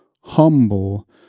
humble